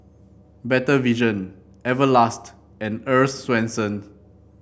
Better Vision Everlast and Earl's Swensens